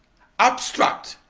abstract,